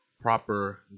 proper